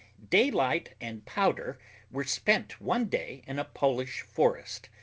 daylight and powder were spent one day in a polish forest.